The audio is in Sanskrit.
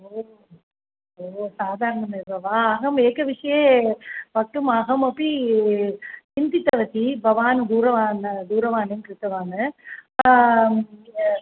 ओ ओ सादारणमेव वा अहम् एकविषये वक्तुम् अहमपि चिन्तितवती भवान् दूरवाणीं कृतवान्